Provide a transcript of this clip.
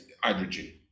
hydrogen